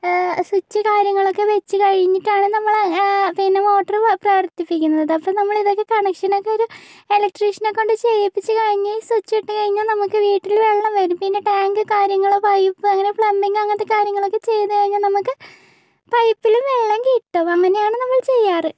switch കാര്യങ്ങളൊക്കെ വച്ച് കഴിഞ്ഞിട്ടാണ് നമ്മള് പിന്നെ മോട്ടറ് പ്രവർത്തിപ്പിക്കുന്നത് അപ്പം നമ്മള് ഇതൊക്കെ കണക്ഷനൊക്കെ ഒരു ഇലക്ട്രീഷനെ കൊണ്ട് ചെയ്യിപ്പിച്ച് കഴിഞ്ഞ് സ്വിച്ച് ഇട്ട് കഴിഞ്ഞാൽ നമ്മക്ക് വീട്ടില് വെള്ളം വരും പിന്നെ ടാങ്ക് കാര്യങ്ങള് പൈപ്പ് അങ്ങനെ പ്ലംബിംഗ് അങ്ങനത്തെ കാര്യങ്ങളൊക്കെ ചെയ്ത് കഴിഞ്ഞാ നമ്മക്ക് പൈപ്പില് വെള്ളം കിട്ടും അങ്ങനെയാണ് നമ്മള് ചെയ്യാറ്